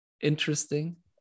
interesting